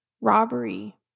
robbery